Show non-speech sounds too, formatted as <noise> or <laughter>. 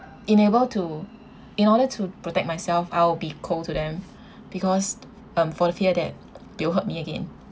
in able to in order to protect myself I'll be cold to them <breath> because um for the fear that they will hurt me again